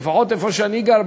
לפחות איפה שאני גר,